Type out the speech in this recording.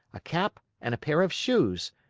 a cap, and a pair of shoes.